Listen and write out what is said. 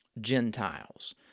Gentiles